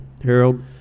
Harold